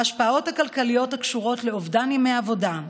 ההשפעות הכלכליות הקשורות לאובדן ימי עבודה,